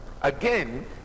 Again